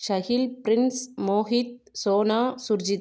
Shaheel Prince Mohit Sona Surjith